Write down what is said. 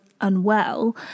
unwell